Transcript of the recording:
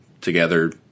together